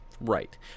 right